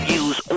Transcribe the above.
use